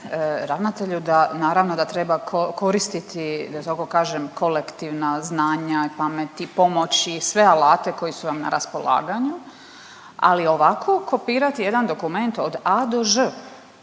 ravnatelju da naravno da treba koristiti da tako kažem kolektivna znanja, pamet i pomoć i sve alate koji su vam na raspolaganju, ali ovako kopirati jedan dokument od A do Ž.